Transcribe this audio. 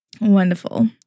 wonderful